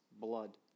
blood